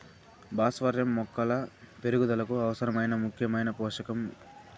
భాస్వరం మొక్కల పెరుగుదలకు అవసరమైన ముఖ్యమైన పోషకం